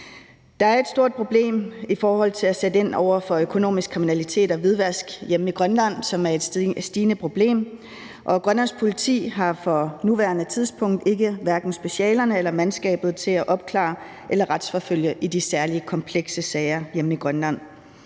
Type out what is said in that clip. Der er et stort problem i forhold til at sætte ind over for økonomisk kriminalitet og hvidvask hjemme i Grønland, og det er et stigende problem, og Grønlands Politi har på nuværende tidspunkt hverken specialerne eller mandskabet til at opklare eller retsforfølge i de særlig komplekse sager hjemme i Grønland.